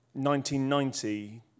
1990